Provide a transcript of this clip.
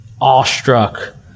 awestruck